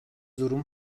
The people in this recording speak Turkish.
durum